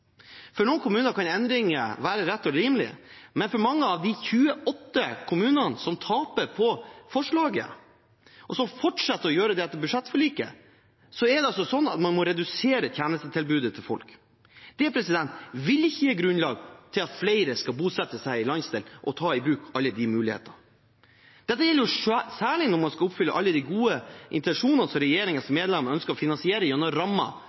For noen kommuner kan endringer være rett og rimelig, men for mange av de 28 kommunene som taper på forslaget, og som fortsetter å gjøre det etter budsjettforliket, er det sånn at man må redusere tjenestetilbudet til folk. Det vil ikke gi grunnlag for at flere skal bosette seg i landsdelen og ta i bruk alle de mulighetene. Dette gjelder særlig når man skal oppfylle alle de gode intensjonene som regjeringens medlemmer ønsker å finansiere gjennom